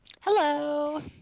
Hello